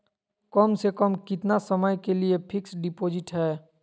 कम से कम कितना समय के लिए फिक्स डिपोजिट है?